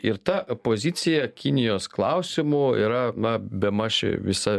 ir ta pozicija kinijos klausimų yra na bemaž visa